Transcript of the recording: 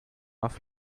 auf